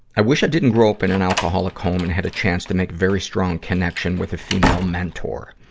i wish i didn't grow up in an alcoholic home and had a chance to make very strong connection with a female mentor,